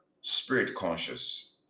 spirit-conscious